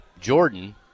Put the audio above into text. Jordan